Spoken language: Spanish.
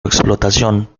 explotación